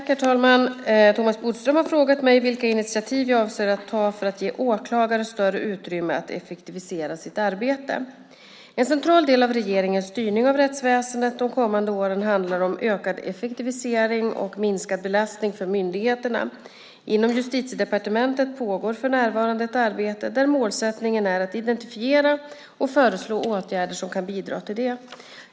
Herr talman! Thomas Bodström har frågat mig vilka initiativ jag avser att ta för att ge åklagare större utrymme att effektivisera sitt arbete. En central del av regeringens styrning av rättsväsendet de kommande åren handlar om ökad effektivisering och minskad belastning för myndigheterna. Inom Justitiedepartementet pågår för närvarande ett arbete där målsättningen är att identifiera och föreslå åtgärder som kan bidra till detta.